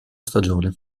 stagione